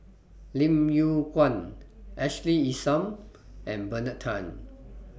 Lim Yew Kuan Ashley Isham and Bernard Tan